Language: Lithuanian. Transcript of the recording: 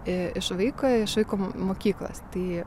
iš vaiko iš vaiko mokyklos tai